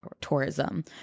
tourism